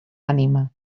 ànima